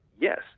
Yes